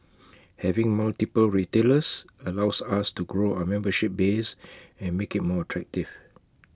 having multiple retailers allows us to grow our membership base and make IT more attractive